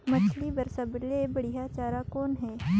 मछरी बर सबले बढ़िया चारा कौन हे?